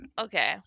Okay